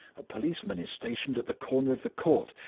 a policeman is stationed at the corner of the court.